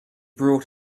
brought